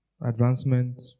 advancement